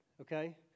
okay